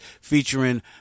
featuring